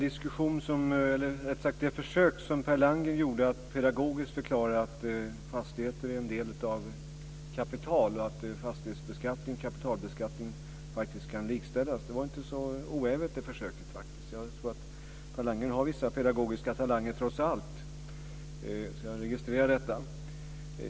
Fru talman! Per Landgrens försök att pedagogiskt förklara att fastigheter är en form av kapital och att fastighetsbeskattning och kapitalbeskattning faktiskt kan likställas var faktiskt inte så oävet. Jag noterar att Per Landgren trots allt har vissa pedagogiska talanger.